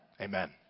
amen